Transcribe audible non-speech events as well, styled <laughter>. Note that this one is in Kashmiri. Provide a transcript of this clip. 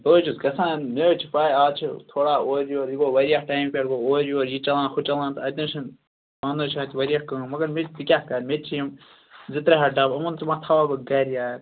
بہٕ حظ چھُس گَژھان مےٚ حظ چھِ پاے آز چھِ تھوڑا اورٕ یور یہِ گوٚو وارِیاہ ٹایم پٮ۪ٹھ گوٚو اورٕ یور یہِ چلان ہُہ چَلان تہٕ اَتہِ نَہ حظ چھِنہٕ <unintelligible> حظ چھ اَتہِ وارِیاہ کٲم مگر میٚتہِ کیاہ کَرٕ میٚتہِ چھِ یِم زٕ ترٛےٚ ہتھ ڈبہٕ یِمن تہِ مَہ تھاو بہٕ گَرِ یار